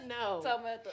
No